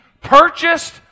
purchased